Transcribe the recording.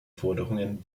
forderungen